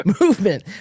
movement